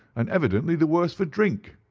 and evidently the worse for drink.